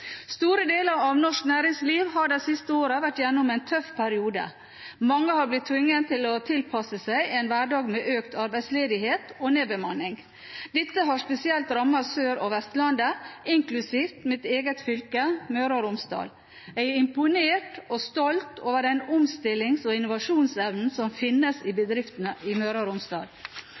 Store deler av norsk næringsliv har de siste årene vært igjennom en tøff periode. Mange har blitt tvunget til å tilpasse seg en hverdag med økt arbeidsledighet og nedbemanning. Dette har spesielt rammet Sør- og Vestlandet, inklusiv mitt eget fylke, Møre og Romsdal. Jeg er imponert og stolt over den omstillings- og innovasjonsevnen som finnes i bedriftene i Møre og Romsdal,